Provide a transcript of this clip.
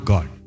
God।